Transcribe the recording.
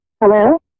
Hello